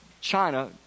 China